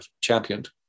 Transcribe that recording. championed